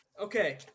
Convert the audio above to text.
Okay